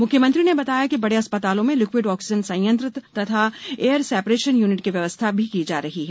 मुख्यमंत्री ने बताया कि बड़े अस्पतालों में लिक्विड ऑक्सीजन संयंत्र तथा एयर सेपरेशन यूनिट की व्यवस्था भी की जा रही है